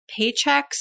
paychecks